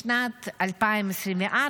בשנת 2024,